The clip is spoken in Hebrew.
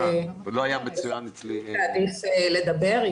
אז היא תעדיף לדבר.